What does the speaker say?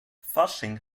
fasching